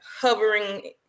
hovering